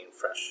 fresh